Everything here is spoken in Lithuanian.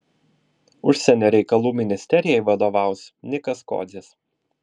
užsienio reikalų ministerijai vadovaus nikas kodzis